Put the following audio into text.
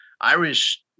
Irish